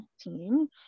team